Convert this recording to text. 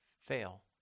fail